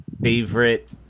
Favorite